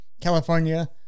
California